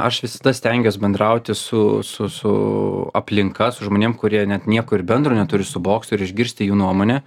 aš visada stengiuos bendrauti su su su aplinka su žmonėm kurie net nieko ir bendro neturi su boksu ir išgirsti jų nuomonę